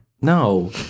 No